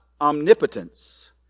omnipotence